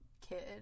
kid